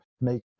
make